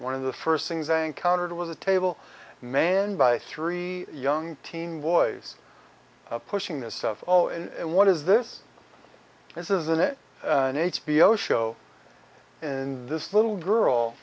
one of the first things i encountered was a table manned by three young teen boys pushing this stuff oh and what is this this isn't it an h b o show in this little girl